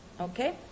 okay